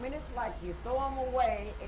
i mean it's like you throw em away and